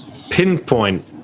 pinpoint